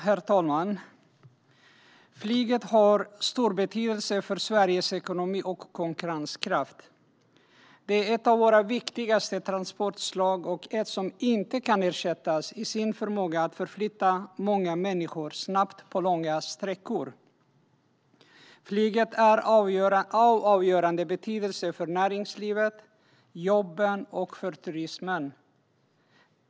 Herr talman! Flyget har stor betydelse för Sveriges ekonomi och konkurrenskraft. Det är ett av våra viktigaste transportslag och ett som inte kan ersättas i sin förmåga att förflytta många människor snabbt på långa sträckor. Flyget är av avgörande betydelse för näringslivet, jobben och turismen.